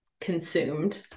consumed